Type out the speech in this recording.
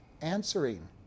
answering